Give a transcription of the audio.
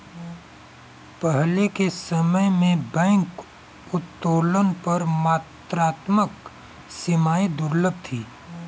पहले के समय में बैंक उत्तोलन पर मात्रात्मक सीमाएं दुर्लभ थीं